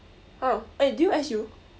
ah eh did you S_U